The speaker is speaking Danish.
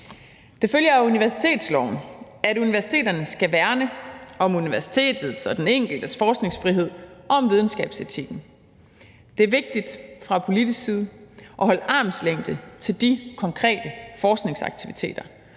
Det følger af universitetsloven, at universiteterne skal værne om universitetets og den enkeltes forskningsfrihed og om videnskabsetikken. Det er vigtigt fra politisk side at holde armslængde til de konkrete forskningsaktiviteter.